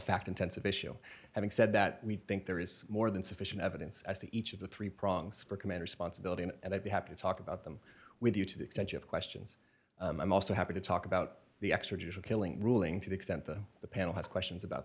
fact intensive issue having said that we think there is more than sufficient evidence as to each of the three prongs for command responsibility and i'd be happy to talk about them with you to the extent you have questions i'm also happy to talk about the extrajudicial killing ruling to the extent that the panel has questions about